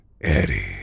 Eddie